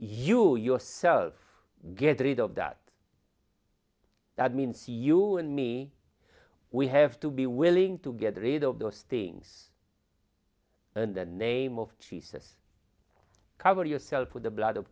you yourself get rid of that that means you and me we have to be willing to get rid of those things in the name of jesus covered yourself with the blood of